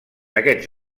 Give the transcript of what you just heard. aquests